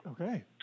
Okay